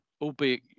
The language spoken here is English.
albeit